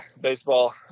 baseball